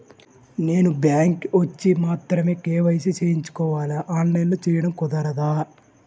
నేను బ్యాంక్ వచ్చి మాత్రమే కే.వై.సి చేయించుకోవాలా? ఆన్లైన్లో చేయటం కుదరదా?